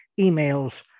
emails